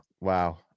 wow